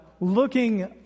looking